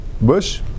bush